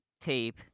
tape